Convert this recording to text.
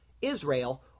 Israel